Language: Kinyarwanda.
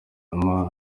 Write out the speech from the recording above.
amatangazo